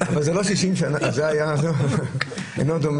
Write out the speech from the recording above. ולכן יש נושאים שנתנו עליהם את הדעת ואנחנו